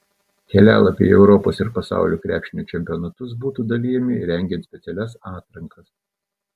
kelialapiai į europos ir pasaulio krepšinio čempionatus būtų dalijami rengiant specialias atrankas